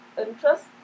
interest